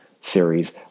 series